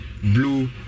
blue